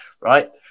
right